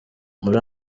muri